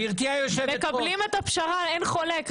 מקבלים את הפשרה, אין חולק.